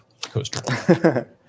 Coaster